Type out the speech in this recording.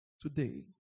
Today